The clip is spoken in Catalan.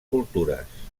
cultures